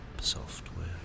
software